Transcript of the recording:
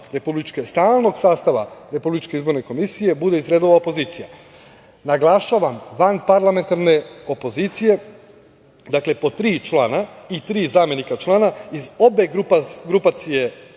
stalnog sastava RIK-a bude iz redova opozicije. Naglašavam, vanparlamentarne opozicije, dakle po tri člana i tri zamenika člana iz obe grupacije opozicije